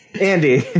Andy